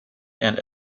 and